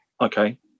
okay